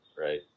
right